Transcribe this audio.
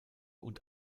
und